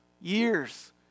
years